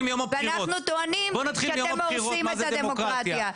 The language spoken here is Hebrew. ואנחנו טוענים שאתם הורסים את הדמוקרטיה.